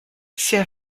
sia